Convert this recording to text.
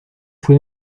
fue